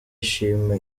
ishima